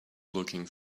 looking